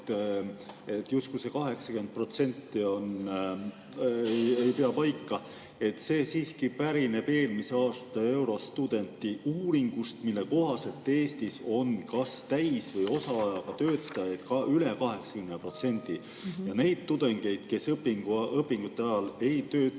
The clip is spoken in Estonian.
justkui see 80% ei pea paika. See siiski pärineb eelmise aasta Eurostudenti uuringust, mille kohaselt Eestis on kas täis- või osaajaga töötajaid [tudengite hulgas] üle 80% ja neid tudengeid, kes õpingute ajal ei tööta,